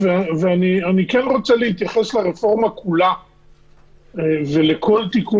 ואני כן רוצה להתייחס לרפורמה כולה ולכל תיקון